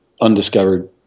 undiscovered